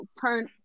turn